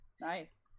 Nice